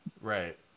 Right